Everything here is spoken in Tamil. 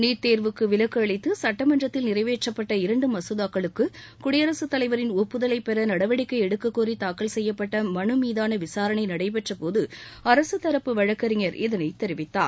நீட் தேர்வுக்கு விலக்கு அளித்து சட்டமன்றத்தில் நிறைவேற்றப்பட்ட இரண்டு மசோதாக்களுக்கு குடியரசு தலைவரின் ஒப்புதலைப் பெற நடவடிக்கை எடுக்கக்கோரி தாக்கல் செய்யப்பட்ட மனு மீதான விசாரணை நடைபெற்ற போது அரசுத்தரப்பு வழக்கறிஞர் இதனைத் தெரிவித்தார்